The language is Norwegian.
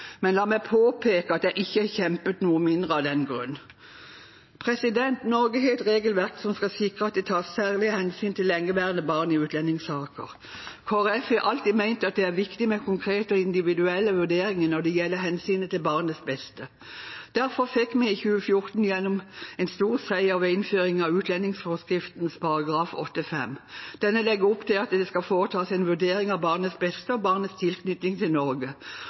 men la meg påpeke at jeg ikke har kjempet noe mindre av den grunn. Norge har et regelverk som skal sikre at det tas særlige hensyn til lengeværende barn i utlendingssaker. Kristelig Folkeparti har alltid ment at det er viktig med konkrete og individuelle vurderinger når det gjelder hensynet til barnets beste. Derfor fikk vi i 2014 gjennom en stor seier ved innføring av utlendingsforskriftens § 8-5. Denne legger opp til at det skal foretas en vurdering av barnets beste og barnets tilknytning til Norge,